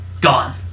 gone